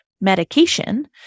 medication